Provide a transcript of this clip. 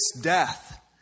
death